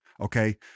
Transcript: Okay